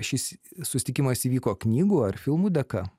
šis susitikimas įvyko knygų ar filmų dėka